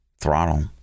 throttle